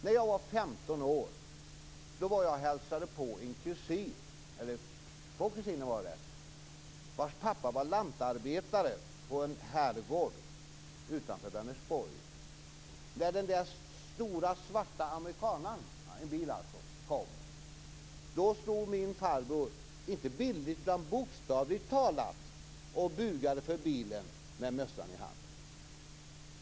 När jag var 15 år var jag och hälsade på två kusiner, vilkas pappa var lantarbetare på en herrgård utanför Vänersborg. När den där stora svarta amerikanaren kom stod min farbror, inte bildligt utan bokstavligt talat, och bugade för bilen med mössan i hand.